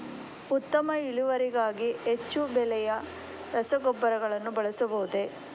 ಉತ್ತಮ ಇಳುವರಿಗಾಗಿ ಹೆಚ್ಚು ಬೆಲೆಯ ರಸಗೊಬ್ಬರಗಳನ್ನು ಬಳಸಬಹುದೇ?